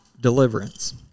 Deliverance